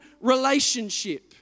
relationship